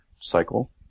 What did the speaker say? cycle